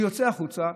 הוא יוצא החוצה,